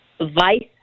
vice